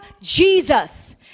Jesus